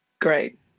great